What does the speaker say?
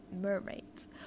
mermaids